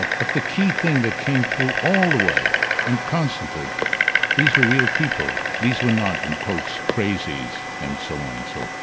ah but the key thing that came through all the way and constantly these are real people, these were not in quotes crazies and so on and so